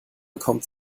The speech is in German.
bekommt